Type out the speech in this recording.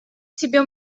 себе